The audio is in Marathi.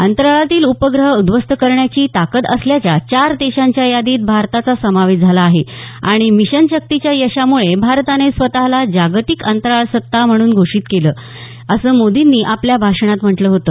अंतराळातील उपग्रह उध्वस्त करण्याची ताकद असल्याच्या चार देशांच्या यादीत भारताचा समावेश झाला आहे आणि मिशन शक्तीच्या यशामुळे भारताने स्वतःला जागतिक अंतराळ सत्ता म्हणून घोषित केलं आहे असं मोदींनी आपल्या भाषणात म्हटलं होतं